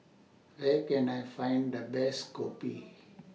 Where Can I Find The Best Kopi